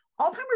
Alzheimer's